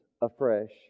afresh